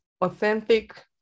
authentic